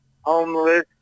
Homeless